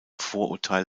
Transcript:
vorurteil